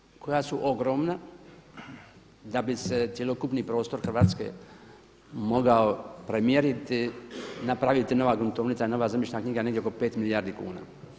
Sredstva koja su ogromna da bi se cjelokupni prostor Hrvatske mogao premjeriti, napraviti nova gruntovnica, nova zemljišna knjiga negdje oko 5 milijardi kuna.